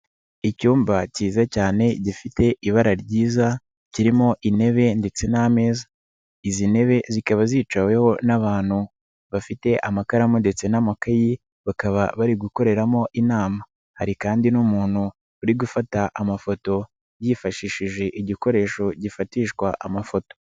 Icyumba cyiza cyane gifite ibara ryiza, kirimo intebe ndetse n'ameza. Izi ntebe zikaba zicaweho n'abantu bafite amakaramu ndetse n'amakayi, bakaba bari gukoreramo inama. Hari kandi n'umuntu uri gufata amafoto, yifashishije igikoresho gifatishwa amafoto.